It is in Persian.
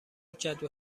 کدو